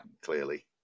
clearly